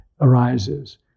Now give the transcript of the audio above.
arises